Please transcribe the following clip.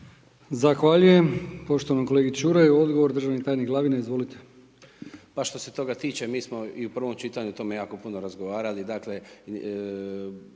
Zahvaljujem poštovanom kolegi Čuraju, odgovor državni tajnik Glavina, izvolite. **Glavina, Tonči** Što se toga tiče mi smo i u prvom čitanju jako puno razgovarali,